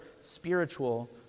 spiritual